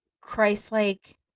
christ-like